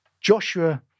Joshua